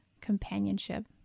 companionship